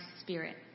spirit